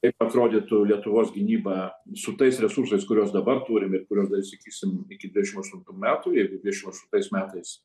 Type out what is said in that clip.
kaip atrodytų lietuvos gynyba su tais resursais kuriuos dabar turim ir kuriuos dar įsigysim iki dvidešimt aštuntų metų jeigu dvidešimt aštuntais metais